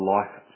Life